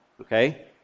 Okay